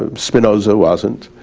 ah spinoza wasn't,